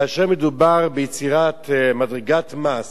כאשר מדובר ביצירת מדרגת מס